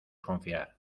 confiar